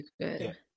good